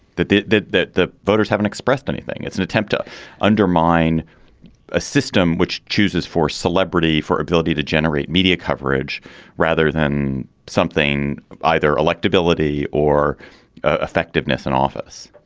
that that that the voters haven't expressed anything. it's an attempt to undermine a system which chooses for celebrity, for ability to generate media coverage rather than something either electability or effectiveness in office.